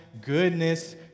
goodness